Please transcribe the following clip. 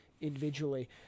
individually